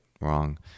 wrong